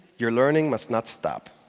your learning must not stop.